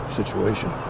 situation